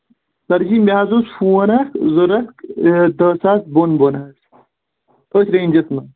سَر جی مےٚ حظ اوس فون اَکھ ضوٚرَتھ دہ ساس بۄن بۄن حظ أتھۍ رینٛجَس منٛز